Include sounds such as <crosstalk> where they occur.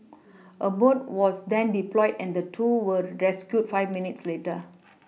<noise> a boat was then deployed and the two were rescued five minutes later <noise>